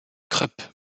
krupp